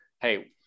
hey